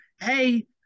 hey